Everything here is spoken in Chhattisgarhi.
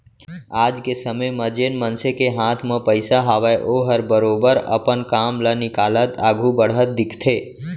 आज के समे म जेन मनसे के हाथ म पइसा हावय ओहर बरोबर अपन काम ल निकालत आघू बढ़त दिखथे